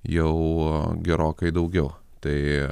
jau gerokai daugiau tai